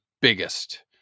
biggest